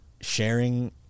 sharing